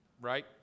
right